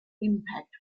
impact